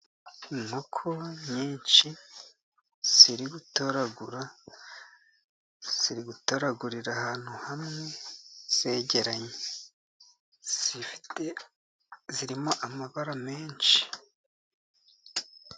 Inkoko nyinshi zirimo gutoragura . Ziri gutoragurira ahantu hamwe zegeranye . Zifite amabara menshi .